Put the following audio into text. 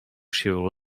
się